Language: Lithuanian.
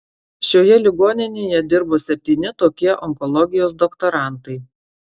šioje ligoninėje dirbo septyni tokie onkologijos doktorantai